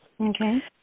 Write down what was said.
Okay